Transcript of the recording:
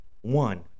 One